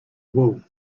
wool